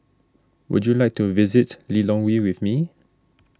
would you like to visit Lilongwe with me